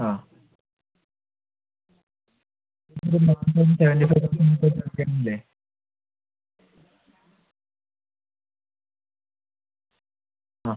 ആ minimum maximum seventy five ലാക്ക്സിന് ഒക്കെ തരില്ലേ ആ